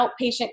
outpatient